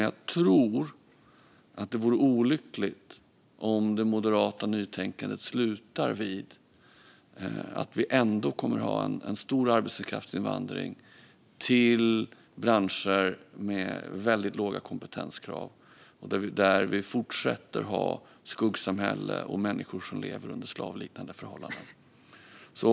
Jag tror dock att det vore olyckligt om det moderata nytänkandet slutar vid att vi ändå kommer att ha en stor arbetskraftsinvandring till branscher med väldigt låga kompetenskrav så att vi där fortsätter att ha ett skuggsamhälle och människor som lever under slavliknande förhållanden.